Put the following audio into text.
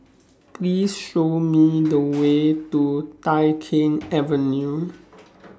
Please Show Me The Way to Tai Keng Avenue